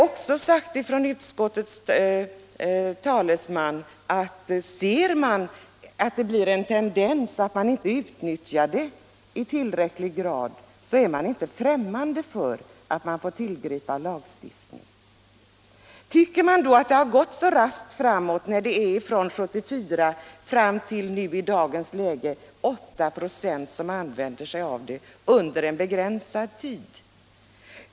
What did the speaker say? Men utskottets talesman har också sagt att om det blir en tendens att inte utnyttja detta i tillräcklig grad är man inte främmande för en lagstiftning. Tycker man att det har gått så raskt framåt när det från 1974 fram till dagens läge är 8 26 som använder sig av det här under en begränsad tid?